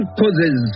causes